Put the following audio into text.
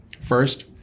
first